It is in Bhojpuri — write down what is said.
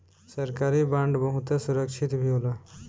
सरकारी बांड बहुते सुरक्षित भी होला